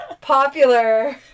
popular